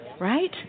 Right